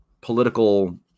political